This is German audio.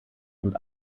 und